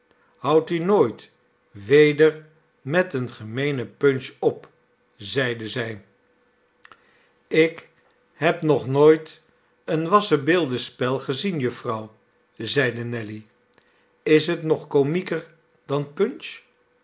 houd u nooit weder met een gemeenen punch op zeide zij ik heb nog nooit een wassenbeeldenspel gezien jufvrouw zeide nelly is het nog komieker dan punch